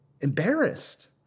embarrassed